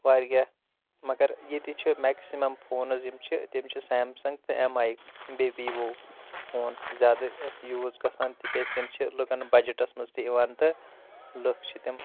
واریاہ مگر ییٚتہِ چھِ میکسِمَم فونٕز یِم چھِ تِم چھِ سیمسَنٛگ تہٕ ایم آیِکۍ بیٚیہِ ویٖوو فون زیادٕ یوٗز گَژھان تِکیاز تِم چھِ لُکَن بَجٹَس منٛز تہِ یِوان تہٕ لُکھ چھِ تِم